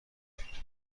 داد